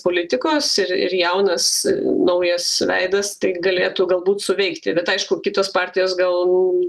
politikus ir ir jaunas naujas veidas taip galėtų galbūt suveikti bet aišku kitos partijos gal